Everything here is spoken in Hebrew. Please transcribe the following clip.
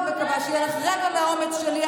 בתוך המפלגה שלך יש אנשים שהם בעד אלימות כלכלית נגד נשים,